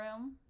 room